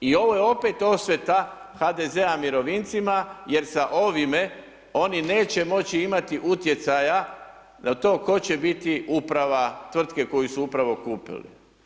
I ovo je opet osveta HDZ-a mirovincima, jer sa ovime oni neće moći imati utjecaja na to tko će biti uprava tvrtke koju su upravo kupili.